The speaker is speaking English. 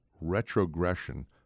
retrogression